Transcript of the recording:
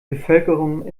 bevölkerung